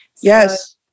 yes